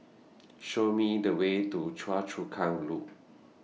Show Me The Way to Choa Chu Kang Loop